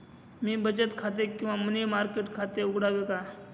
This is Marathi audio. मी बचत खाते किंवा मनी मार्केट खाते उघडावे का?